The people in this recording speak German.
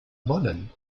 wollen